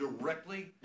directly